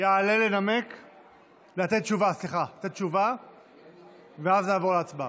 יעלה לתת תשובה, ואז נעבור להצבעה.